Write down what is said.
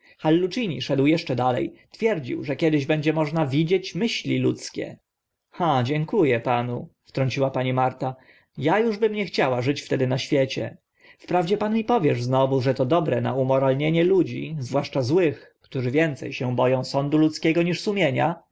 hallucini szedł eszcze dale twierdził że kiedyś będzie można widzieć myśli ludzkie a dzięku ę panu wtrąciła pani marta uż a bym nie chciała żyć wtedy na świecie wprawdzie pan mi powiesz znowu że to dobre na umoralnienie ludzi zwłaszcza złych którzy więce się bo ą sądu ludzkiego niż sumienia